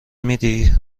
میدی